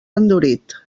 endurit